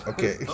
Okay